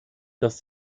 dass